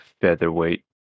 featherweight